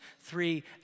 three